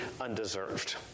undeserved